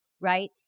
Right